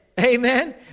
Amen